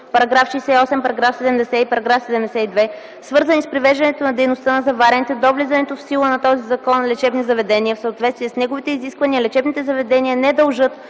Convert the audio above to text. по § 68, § 70 и § 72, свързани с привеждане на дейността на заварените до влизането в сила на този закон лечебни заведения в съответствие с неговите изисквания, лечебните заведения не дължат